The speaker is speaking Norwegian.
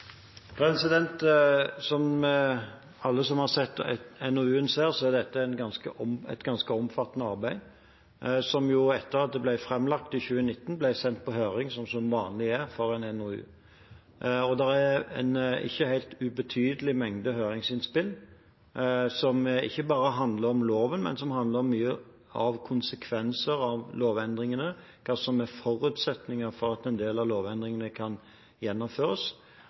Som alle som har sett NOU-en ser, er dette et ganske omfattende arbeid. Etter at NOU-en ble framlagt i 2019, ble den sendt på høring, som vanlig er for en NOU. Det er en ikke helt ubetydelig mengde høringsinnspill som ikke bare handler om loven, men som handler mye om konsekvenser av lovendringene, det som er forutsetninger for at en del av lovendringene kan gjennomføres.